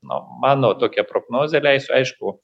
na mano tokia prognozė leisiu aišku